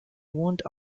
wound